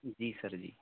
जी sir जी